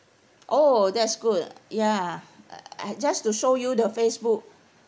oh that's good ya just to show you the Facebook